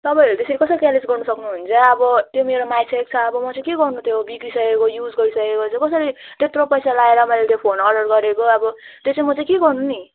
तपाईँहरू त्यसरी कसरी क्यारलेस गर्नु सक्नुहुन्छ अब त्यो मेरोमा आइसकेको छ अब म चाहिँ के गर्नु त्यो बिग्रिसकेको युज गरिसकेको चाहिँ कसरी त्यत्रो पैसा लगाएर मैले त्यो फोन अर्डर गरेको अब त्यो चाहिँ म चाहिँ के गर्नु नि